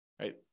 right